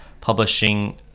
publishing